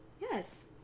Yes